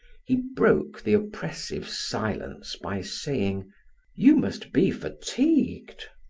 he broke the oppressive silence by saying you must be fatigued.